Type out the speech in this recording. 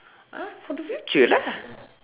!huh! for the future lah